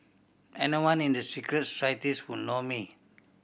anyone in the secret societies would know me